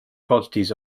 quantities